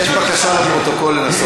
יש תקציר מנהלים?